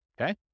Okay